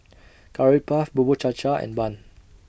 Curry Puff Bubur Cha Cha and Bun